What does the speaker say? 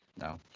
No